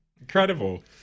Incredible